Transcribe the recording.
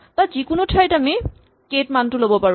বা যিকোনো ঠাইত আমি কে ৰ মানটো ল'ব পাৰো